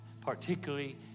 particularly